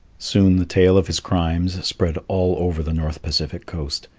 soon the tale of his crimes spread all over the north pacific coast,